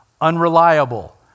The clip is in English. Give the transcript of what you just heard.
unreliable